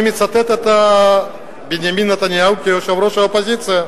אני מצטט את בנימין נתניהו כיו"ר האופוזיציה: